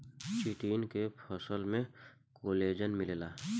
chitin के फसल में कोलेजन मिलेला